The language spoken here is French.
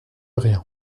rien